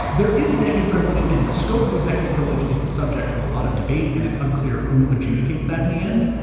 there is executive privilege and the scope of the executive privilege is the subject of a lot of debate and it's unclear who adjudicates that in the end,